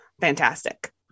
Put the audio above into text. fantastic